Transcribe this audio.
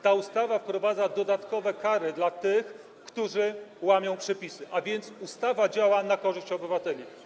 Ta ustawa wprowadza dodatkowe kary dla tych, którzy łamią przepisy, a więc działa na korzyść obywateli.